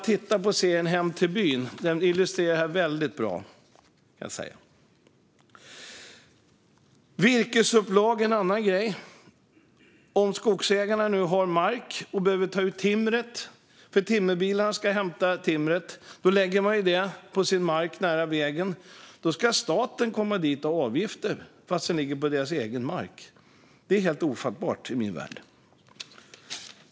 Titta på serien Hem till byn ! Den illustrerar det här väldigt bra. Virkesupplag är en annan grej. Om skogsägarna behöver ta ut timmer som timmerbilarna ska hämta lägger man det på sin mark nära vägen. Då ska staten ha avgifter, fast timret ligger på skogsägarens egen mark. Det är helt ofattbart i min värld.